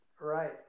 Right